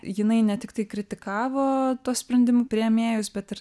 jinai ne tiktai kritikavo tuos sprendimų priėmėjus bet ir